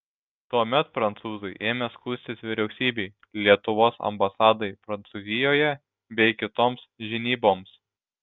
tuomet prancūzai ėmė skųstis vyriausybei lietuvos ambasadai prancūzijoje bei kitoms žinyboms